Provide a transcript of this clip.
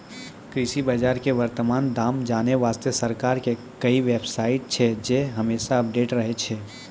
कृषि बाजार के वर्तमान दाम जानै वास्तॅ सरकार के कई बेव साइट छै जे हमेशा अपडेट रहै छै